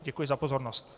Děkuji za pozornost.